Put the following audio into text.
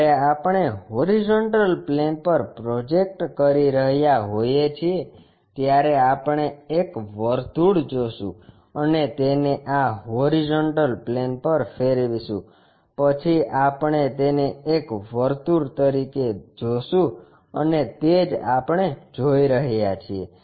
જ્યારે આપણે horizontal plane પર પ્રોજેક્ટ કરી રહ્યા હોઈએ છીએ ત્યારે આપણે એક વર્તુળ જોશું અને તેને આ હોરીઝોન્ટલ પ્લેન પર ફેરવીશું પછી આપણે તેને એક વર્તુળ તરીકે જોશું અને તે જ આપણે જોઈ રહ્યા છીએ